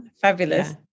Fabulous